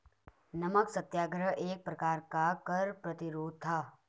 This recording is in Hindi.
नमक सत्याग्रह एक प्रकार का कर प्रतिरोध था